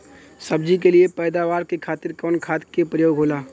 सब्जी के लिए पैदावार के खातिर कवन खाद के प्रयोग होला?